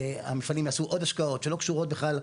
המפעלים יעשו עוד השקעות שלא קשורות בכלל לזיכיון.